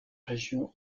région